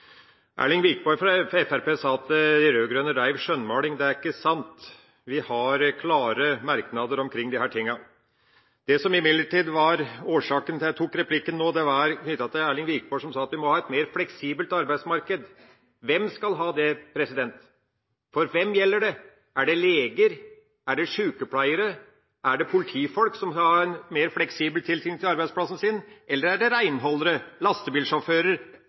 fra Fremskrittspartiet sa at de rød-grønne driver skjønnmaling. Det er ikke sant. Vi har klare merknader omkring disse tingene. Det som imidlertid er årsaken til at jeg tok ordet nå, er knyttet til at Erlend Wiborg sa at vi må ha et mer fleksibelt arbeidsmarked. Hvem skal ha det? For hvem gjelder det? Er det leger, er det sjukepleiere, er det politifolk som skal ha en mer fleksibel tilknytning til arbeidsplassen sin? Eller er det renholdere, lastebilsjåfører